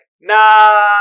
nah